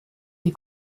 die